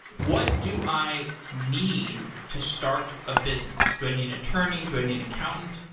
what do i need to start a business? do i need an attorney? do i need an accountant?